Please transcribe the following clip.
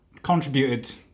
Contributed